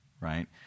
right